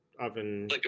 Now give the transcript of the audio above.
oven